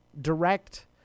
direct